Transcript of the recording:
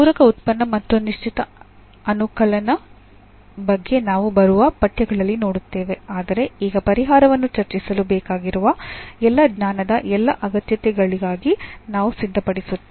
ಪೂರಕ ಉತ್ಪನ್ನ ಮತ್ತು ನಿಶ್ಚಿತ ಅನುಕಲನ ಬಗ್ಗೆ ನಾವು ಬರುವ ಪಠ್ಯಗಳಲ್ಲಿ ನೋಡುತ್ತೇವೆ ಆದರೆ ಈಗ ಪರಿಹಾರವನ್ನು ಚರ್ಚಿಸಲು ಬೇಕಾಗಿರುವ ಎಲ್ಲಾ ಜ್ಞಾನದ ಎಲ್ಲಾ ಅಗತ್ಯತೆಗಳಿಗಾಗಿ ನಾವು ಸಿದ್ಧಪಡಿಸುತ್ತೇವೆ